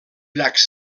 llacs